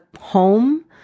home